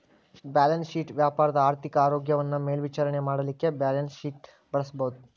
balance sheet ವ್ಯಾಪಾರದ ಆರ್ಥಿಕ ಆರೋಗ್ಯವನ್ನ ಮೇಲ್ವಿಚಾರಣೆ ಮಾಡಲಿಕ್ಕೆ ಬ್ಯಾಲನ್ಸ್ಶೇಟ್ ಬಳಸಬಹುದು